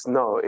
no